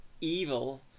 evil